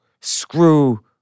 screw